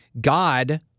God